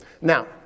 Now